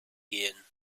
gehen